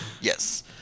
Yes